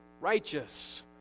righteous